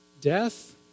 Death